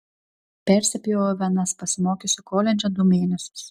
persipjoviau venas pasimokiusi koledže du mėnesius